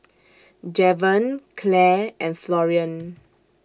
Javen Clair and Florian